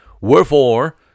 Wherefore